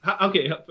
Okay